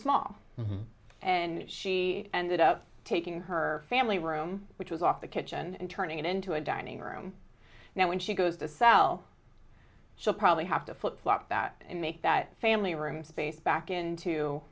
small and she ended up taking her family room which was off the kitchen and turning it into a dining room now when she goes to sell so probably have to flip flop that and make that family room space back into